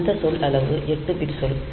அந்த சொல் அளவு எட்டு பிட் சொல்